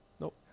Nope